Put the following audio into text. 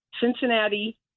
Cincinnati